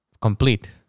Complete